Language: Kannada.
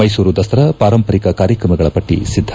ಮೈಸೂರು ದಸರಾ ಪಾರಂಪರಿಕ ಕಾರಕ್ಷಮಗಳ ಪಟ್ಟಿ ಸಿದ್ಧ